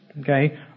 okay